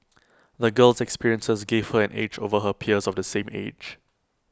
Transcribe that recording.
the girl's experiences gave her an edge over her peers of the same age